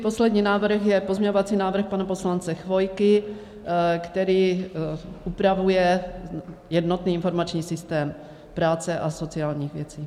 Poslední je pozměňovací návrh pana poslance Chvojky, který upravuje jednotný informační systém práce a sociálních věcí.